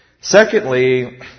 Secondly